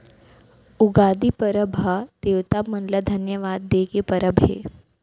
उगादी परब ह देवता मन ल धन्यवाद दे के परब हे